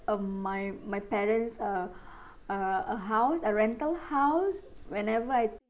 a my my parents a a a house a rental house whenever I